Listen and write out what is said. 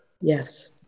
Yes